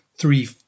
three